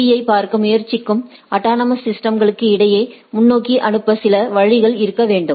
பீ யைப் பார்க்க முயற்சிக்கும் அட்டானமஸ் சிஸ்டம்களுக்கு இடையே முன்னோக்கி அனுப்ப சில வழிகள் இருக்க வேண்டும்